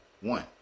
One